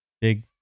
big